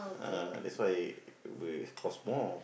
uh that's why will cost more